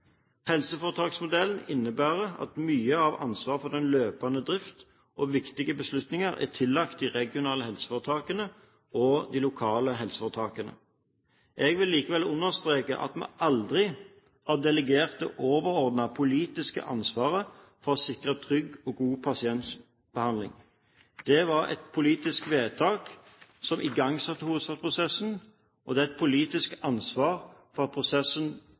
Helseforetaksmodellen innebærer at mye av ansvaret for den løpende drift og viktige beslutninger er tillagt de regionale helseforetakene og de lokale helseforetakene. Jeg vil likevel understreke at vi aldri har delegert det overordnede politiske ansvaret for å sikre trygg og god pasientbehandling. Det var et politisk vedtak som igangsatte hovedstadsprosessen, og det er et politisk ansvar at prosessen